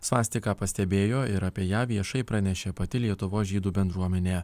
svastiką pastebėjo ir apie ją viešai pranešė pati lietuvos žydų bendruomenė